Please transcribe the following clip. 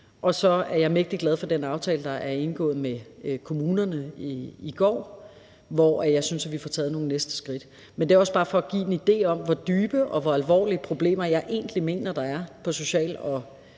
Og så er jeg mægtig glad for den aftale, der blev indgået med kommunerne i går, og hvor jeg synes vi får taget de næste skridt. Men det er også bare for at give en idé om, hvor dybe og alvorlige problemer jeg egentlig mener der er på social- og